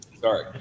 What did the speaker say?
sorry